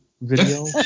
video